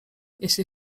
jeśli